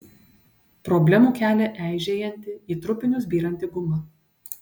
problemų kelia eižėjanti į trupinius byranti guma